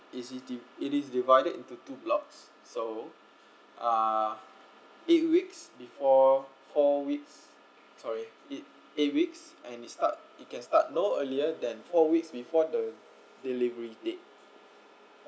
it is divided into two blocks so uh eight weeks before four weeks sorry eight eight weeks and it start you can start no earlier than four weeks before the delivery date